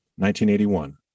1981